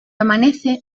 amanece